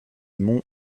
monts